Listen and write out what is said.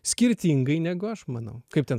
skirtingai negu aš manau kaip ten